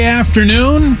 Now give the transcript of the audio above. afternoon